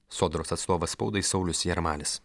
sodros atstovas spaudai saulius jarmalis